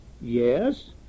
Yes